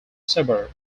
suburb